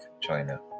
China